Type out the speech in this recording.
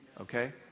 okay